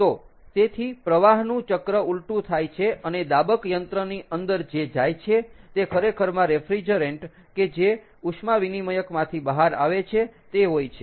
તો તેથી પ્રવાહનું ચક્ર ઊલટું થાય છે અને દાબક યંત્રની અંદર જે જાય છે તે ખરેખરમાં રેફ્રીજરેન્ટ કે જે ઉષ્મા વિનિમયકમાંથી બહાર આવે છે તે હોય છે